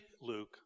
Luke